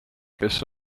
kes